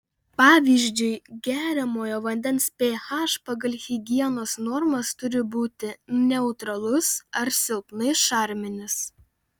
pavyzdžiui geriamojo vandens ph pagal higienos normas turi būti neutralus ar silpnai šarminis